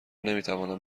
نمیتوانم